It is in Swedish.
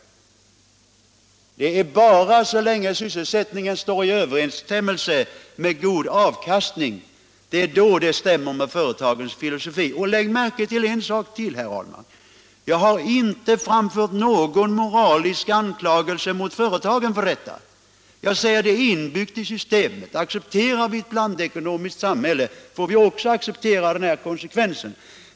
Det är bara så länge sysselsättningen står i överensstämmelse med god avkastning som den stämmer med företagens filosofi. Lägg märke till, herr Ahlmark, att jag inte har framfört någon moralisk anklagelse mot företagen för detta! Jag säger att det är inbyggt i systemet. Accepterar vi ett blandekonomiskt samhälle får vi också acceptera den här konsekvensen.